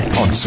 on